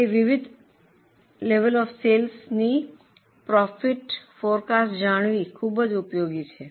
તેથી વિવિધ level of સેલ્સના પ્રોફિટની ફોરકાસ્ટ જાણવી ખૂબ ઉપયોગી છે